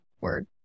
word